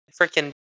freaking